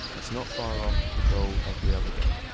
that's not far off a goal every other game,